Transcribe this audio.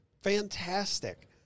fantastic